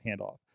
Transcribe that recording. handoff